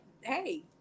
hey